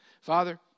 Father